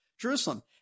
Jerusalem